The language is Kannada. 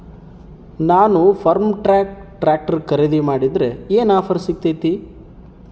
ನಾನು ಫರ್ಮ್ಟ್ರಾಕ್ ಟ್ರಾಕ್ಟರ್ ಖರೇದಿ ಮಾಡಿದ್ರೆ ಏನು ಆಫರ್ ಸಿಗ್ತೈತಿ?